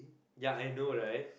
ya I know right